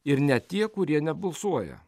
ir ne tie kurie nebulsuoja